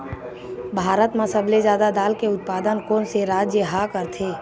भारत मा सबले जादा दाल के उत्पादन कोन से राज्य हा करथे?